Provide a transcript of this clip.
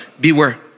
beware